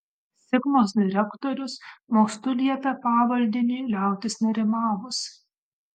sigmos direktorius mostu liepė pavaldiniui liautis nerimavus